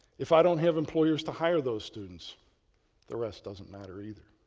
if i don't have employers to hire those students the rest doesn't matter either.